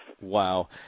Wow